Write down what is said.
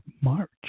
March